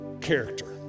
character